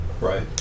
Right